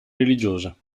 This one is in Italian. religiosa